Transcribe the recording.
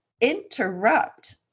interrupt